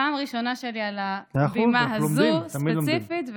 פעם ראשונה שלי על הבימה הזו ספציפית.